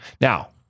Now